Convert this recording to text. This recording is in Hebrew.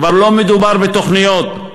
כבר לא מדובר בתוכניות,